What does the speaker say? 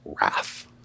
wrath